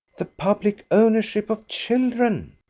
the public ownership of children?